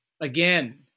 Again